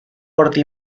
corte